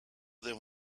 them